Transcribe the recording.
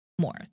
more